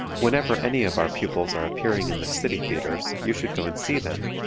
whenever any of our pupils are appearing in the city theatres you should go and see them,